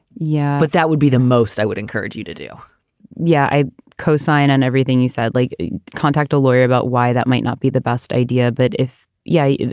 yeah, but that would be the most i would encourage you to do yeah, i cosign on everything you said, like a contact a lawyer about why that might not be the best idea, but if. yeah.